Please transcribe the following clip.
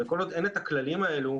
כל עוד אין את הכללים האלו,